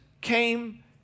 came